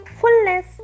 Fullness